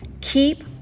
Keep